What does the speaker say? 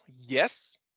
Yes